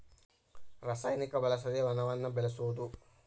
ರಸಾಯನಿಕ ಬಳಸದೆ ವನವನ್ನ ಬೆಳಸುದು